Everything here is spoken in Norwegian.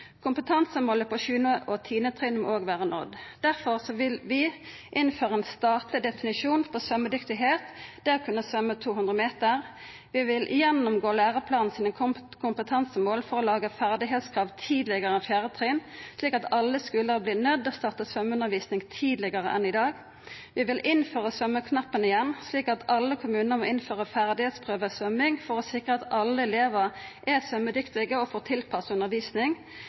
Kompetansemålet på 7. og 10. trinn må òg vera nådd. Difor vil vi innføra ein statleg definisjon på svømmedyktigheit: å kunna svømma 200 meter. Vi vil gjennomgå kompetansemåla i læreplanen for å laga ferdigheitskrav tidlegare enn for 4. trinn, slik at alle skular vert nøydde til å starta svømmeundervisning tidlegare enn i dag. Vi vil innføra svømmeknappen igjen: Alle kommunar må innføra ferdigheitsprøve i svømming – for å sikra at alle elevar er svømmedyktige og får